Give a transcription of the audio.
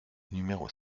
numéro